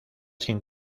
sin